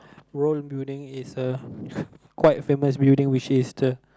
world building is a quite famous building which is the